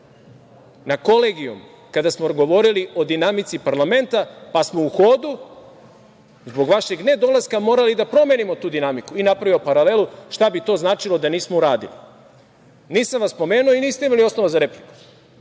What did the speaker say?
na Kolegijum, kada smo govorili o dinamici parlamenta, pa smo u hodu, zbog vašeg nedolaska, morali da promenimo tu dinamiku, i napravio paralelu šta bi to značilo da nismo uradili. Nisam vas spomenuo i niste mi ni osnova za repliku.